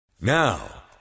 Now